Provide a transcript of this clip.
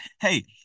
Hey